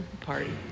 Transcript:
party